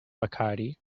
bacardi